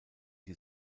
die